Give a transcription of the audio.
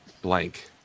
Blank